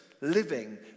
living